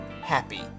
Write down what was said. happy